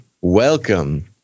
welcome